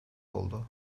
oldu